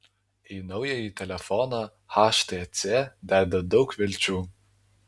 į naująjį telefoną htc deda daug vilčių